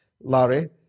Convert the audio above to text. Larry